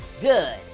good